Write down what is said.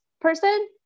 person